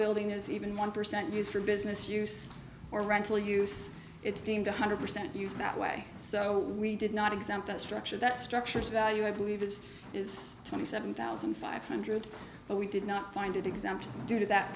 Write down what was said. building as even one percent use for business use or rental use it's deemed one hundred percent used that way so we did not exempt a structure that structures value i believe it is twenty seven thousand five hundred but we did not find it exempt due to that